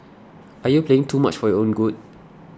are you playing too much for your own good